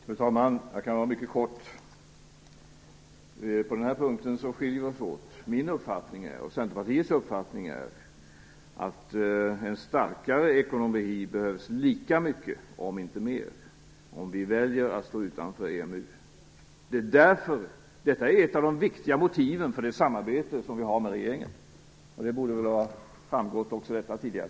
Fru talman! Jag kan vara mycket kortfattad. På den här punkten skiljer sig våra uppfattningar. Min och Centerpartiets uppfattning är att det lika mycket, om inte mer, behövs en starkare ekonomi, om vi väljer att stå utanför EMU. Detta är ett av de viktiga motiven för det samarbete som vi har med regeringen, och det torde också ha framgått tidigare.